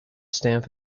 stamp